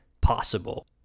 possible